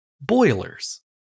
boilers